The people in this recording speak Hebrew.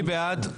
מי בעד?